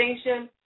station